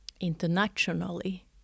internationally